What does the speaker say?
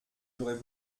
j’aurais